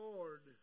Lord